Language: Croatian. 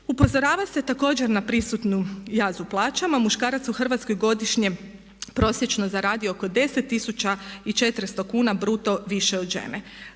Upozorava se također na prisutan jaz u plaćama, muškarac u Hrvatskoj godišnje prosječno zaradi oko 10 400 kuna bruto više od žene.